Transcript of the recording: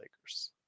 Lakers